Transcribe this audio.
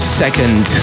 second